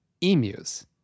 emus